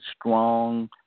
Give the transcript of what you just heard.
strong